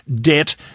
debt